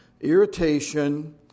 irritation